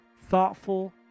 thoughtful